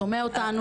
שומע אותנו,